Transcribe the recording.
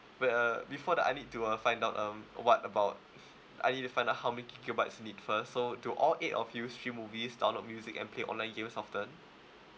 but uh before that I need to uh find out um what about I need to find out how many gigabytes you need first so do all eight of you stream movies download music and play online games often